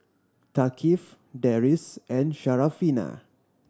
Thaqif Deris and Syarafina